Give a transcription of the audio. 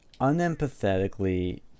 unempathetically